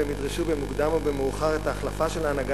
והם ידרשו במוקדם או במאוחר את ההחלפה של ההנהגה